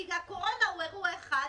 כי הקורונה היא אירוע אחד,